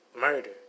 murder